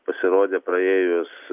pasirodė praėjus